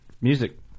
music